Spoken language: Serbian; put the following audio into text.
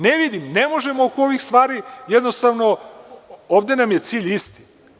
Ne vidim, ne možemo oko ovih stvari, jednostavno, ovde nam je cilj isti.